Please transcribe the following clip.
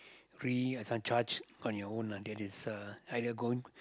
free uh some charge on your own until this uh either going